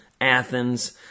Athens